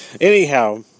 Anyhow